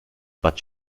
bad